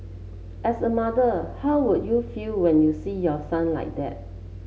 as a mother how would you feel when you see your son like that